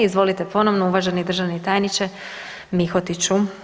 Izvolite ponovno uvaženi državni tajniče Mihotiću.